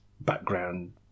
background